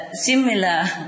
similar